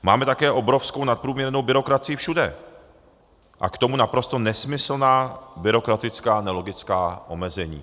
Máme také obrovskou nadprůměrnou byrokracii všude a k tomu naprosto nesmyslná byrokratická nelogická omezení.